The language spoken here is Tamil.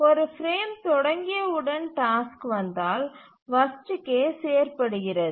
ஒரு பிரேம் தொடங்கிய உடன் டாஸ்க் வந்தால் வர்ஸ்ட் கேஸ் ஏற்படுகிறது